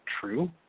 true